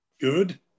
Good